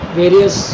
various